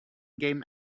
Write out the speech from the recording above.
game